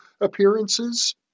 appearances